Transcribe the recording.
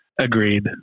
Agreed